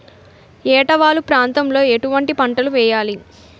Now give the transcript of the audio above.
ఏటా వాలు ప్రాంతం లో ఎటువంటి పంటలు వేయాలి?